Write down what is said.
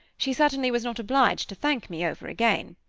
she certainly was not obliged to thank me over again.